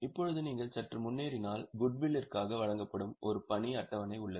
இப்போது நீங்கள் சற்று முன்னேறினால் குட்வில்லிற்காக வழங்கப்படும் ஒரு பணி அட்டவணை உள்ளது